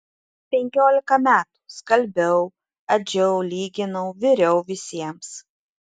penkiolika metų skalbiau adžiau lyginau viriau visiems